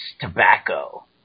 tobacco